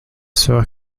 sûr